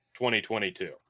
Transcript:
2022